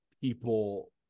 people